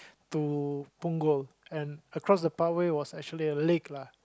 to Punggol and across the pathway was actually a lake lah